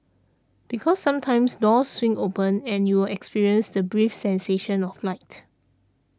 because sometimes doors swing open and you'll experience the brief sensation of flight